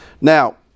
Now